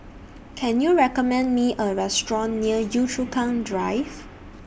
Can YOU recommend Me A Restaurant near Yio Chu Kang Drive